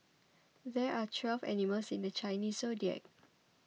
there are twelve animals in the Chinese zodiac